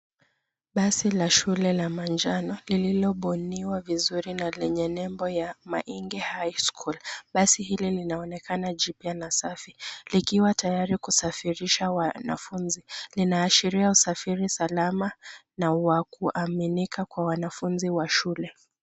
Basi la shule la manjano, lililobuniwa vizuri na lenye lembo ya Maingi High School. Basi hili linaonekana jipya na safi. Likiwa tayari kusafirisha wanafunzi. Linaashiria usafiri salama na wakuaminika kwa wanafunzi wa shule.